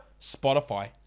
Spotify